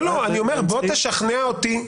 לא, אני אומר: בוא תשכנע אותי.